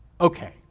Okay